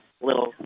little